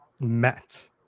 met